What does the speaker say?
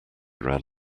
ran